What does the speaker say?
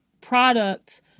product